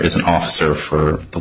is an officer for the